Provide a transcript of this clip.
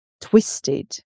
twisted